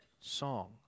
song